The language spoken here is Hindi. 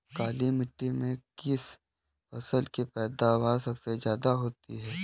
काली मिट्टी में किस फसल की पैदावार सबसे ज्यादा होगी?